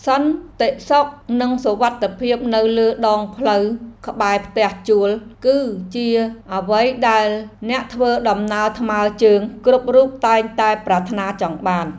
សន្តិសុខនិងសុវត្ថិភាពនៅលើដងផ្លូវក្បែរផ្ទះជួលគឺជាអ្វីដែលអ្នកធ្វើដំណើរថ្មើរជើងគ្រប់រូបតែងតែប្រាថ្នាចង់បាន។